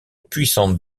puissante